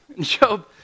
Job